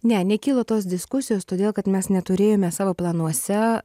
ne nekilo tos diskusijos todėl kad mes neturėjome savo planuose